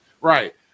Right